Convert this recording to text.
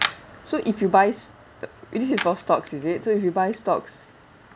so if you buy s~ it is all stocks is it so if you buy stocks